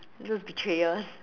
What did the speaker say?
those betrayers